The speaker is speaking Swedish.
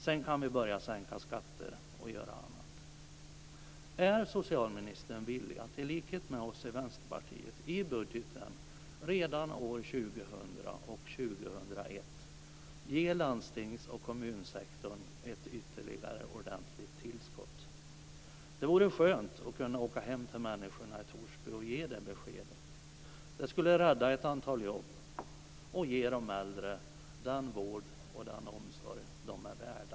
Sedan kan vi börja sänka skatter och göra annat. ge landstings och kommunsektorn ett ytterligare ordentligt tillskott? Det vore skönt att kunna åka hem till människorna i Torsby och ge det beskedet. Det skulle rädda ett antal jobb och ge de äldre den vård och omsorg som de är värda.